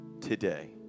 today